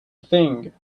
thing